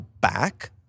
back